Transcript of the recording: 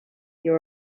you